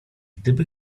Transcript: gdyby